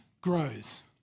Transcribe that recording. grows